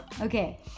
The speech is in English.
okay